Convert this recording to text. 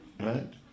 right